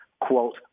quote